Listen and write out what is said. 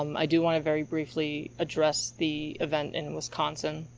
um i do want to, very briefly, address the event in wisconsin.